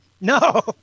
No